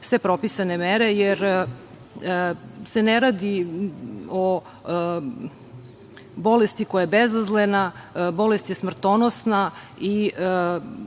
sve propisane mere jer se ne radi o bolesti koja je bezazlena, bolest je smrtonosna i